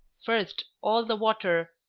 first, all the water,